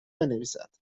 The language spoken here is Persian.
بنویسد